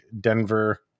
Denver